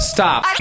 Stop